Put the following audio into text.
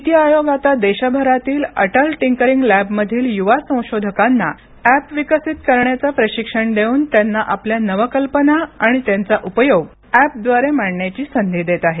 नीती आयोग आता देशभरातील अटल टिंकरिंग लॅबमधील युवा संशोधकांना ऍप विकसित करण्याचे प्रशिक्षण देऊन त्यांना आपल्या नवकल्पना आणि त्यांचा उपयोग ऍपद्वारे मांडण्याची संधी देत आहे